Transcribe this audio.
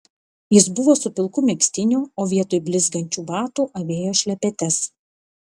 jis buvo su pilku megztiniu o vietoj blizgančių batų avėjo šlepetes